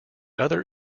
other